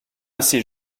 assez